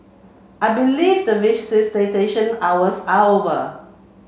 I believe that hours are over